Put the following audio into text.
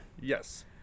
Yes